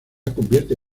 convierte